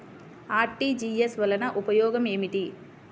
RTGS వలన ఉపయోగం ఏమిటీ?